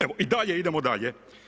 Evo i dalje idemo dalje.